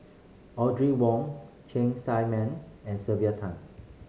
Audrey Wong Cheng Tsang Man and Sylvia Tan